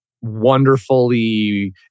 wonderfully